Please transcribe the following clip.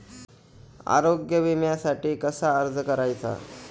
आरोग्य विम्यासाठी कसा अर्ज करायचा?